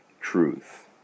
truth